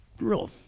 real